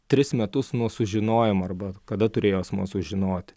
tris metus nuo sužinojimo arba kada turėjo asmuo sužinoti